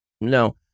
No